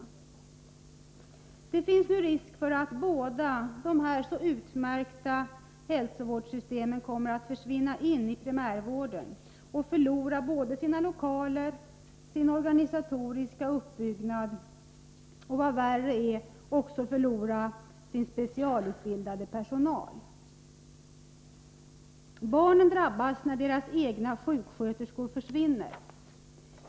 Det föreligger f.n. en risk för att båda dessa utmärkta hälsovårdssystem försvinner in i primärvården och förlorar såväl sina lokaler som sin organisatoriska uppbyggnad. Och var värre är, de kan också förlora sin specialutbildade personal. ”Barnen drabbas när deras egna sjuksköterskor försvinner.